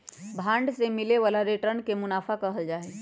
bond से मिले वाला रिटर्न के मुनाफा कहल जाहई